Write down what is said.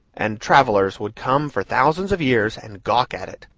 and travellers would come for thousands of years and gawk at it,